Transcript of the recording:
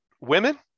women